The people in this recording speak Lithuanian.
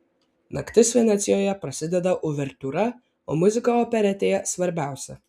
naktis venecijoje prasideda uvertiūra o muzika operetėje svarbiausia